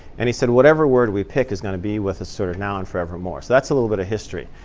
and he said whatever word we pick is going to be with us sort of now and forever more. so that's a little bit of history.